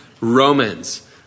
Romans